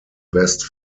best